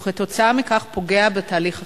וכתוצאה מכך פוגע בתהליך החינוכי.